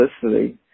publicity